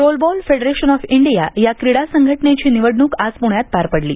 role ball federation of India या क्रीडा संघटनेची निवडणूक आज पुण्यात पार पडली